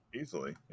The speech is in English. Easily